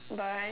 but